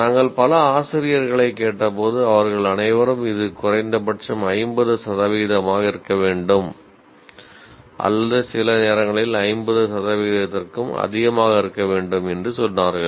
நாங்கள் பல ஆசிரியர்களைக் கேட்டபோது அவர்கள் அனைவரும் இது குறைந்தபட்சம் 50 சதவிகிதமாக இருக்க வேண்டும் அல்லது சில நேரங்களில் 50 சதவிகிதத்திற்கும் அதிகமாக இருக்க வேண்டும் என்று சொன்னார்கள்